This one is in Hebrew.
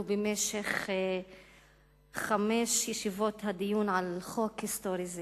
במשך חמש ישיבות הדיון על חוק היסטורי זה.